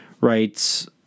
writes